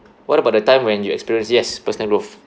what about the time when you experie~ yes personal growth